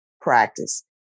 practice